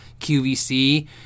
QVC